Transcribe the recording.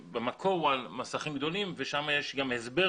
במקור הוא על מסכים גדולים ושם גם יש הסבר.